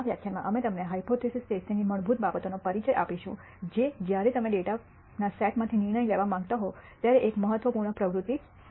આ વ્યાખ્યાનમાં અમે તમને હાયપોથેસિસ ટેસ્ટિંગની મૂળભૂત બાબતોનો પરિચય આપીશું જે જ્યારે તમે ડેટાના સેટમાંથી નિર્ણય લેવા માંગતા હો ત્યારે એક મહત્વપૂર્ણ પ્રવૃત્તિ છે